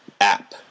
app